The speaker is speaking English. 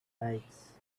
lights